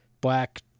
black